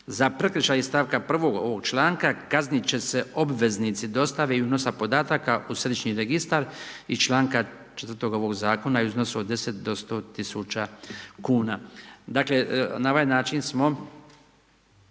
Za prekršaj iz stavka 1. ovog članka kaznit će se obveznici dostave i unosa podatak u središnji registar iz članka 4. ovog zakona u iznosu od 10.000 do 100.000 kuna. Dakle, na ovaj način smo